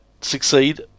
succeed